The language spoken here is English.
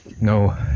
no